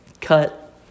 cut